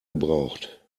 gebraucht